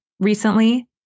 recently